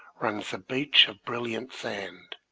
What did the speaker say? runs a beach of brilliant sand.